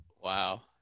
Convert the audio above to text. Wow